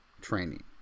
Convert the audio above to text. training